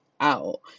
out